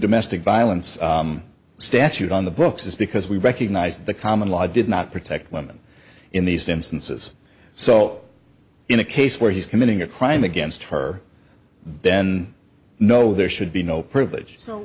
domestic violence statute on the books is because we recognize the common law did not protect women in these instances so in a case where he's committing a crime against her then no there should be no privilege so